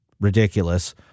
ridiculous